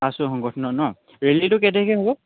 আছু সংগঠনৰ ন ৰেলীটো কেই তাৰিখে হ'ব